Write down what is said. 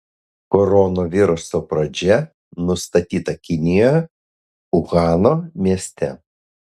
koronaviruso pradžia nustatyta kinijoje uhano mieste